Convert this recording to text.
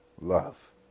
love